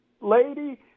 lady